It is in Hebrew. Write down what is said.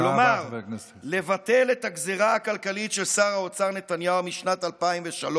כלומר לבטל את הגזרה הכלכלית של שר האוצר נתניהו משנת 2003,